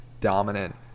dominant